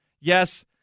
Yes